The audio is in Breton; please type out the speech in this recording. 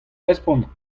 respont